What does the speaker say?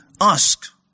Ask